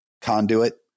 conduit